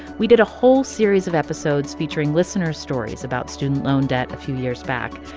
we did a whole series of episodes featuring listener stories about student loan debt a few years back.